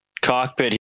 cockpit